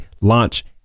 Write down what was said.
launch